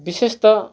विशेष त